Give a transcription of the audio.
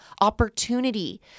opportunity